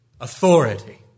Authority